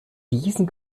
diesen